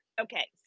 Okay